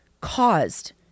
caused